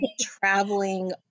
traveling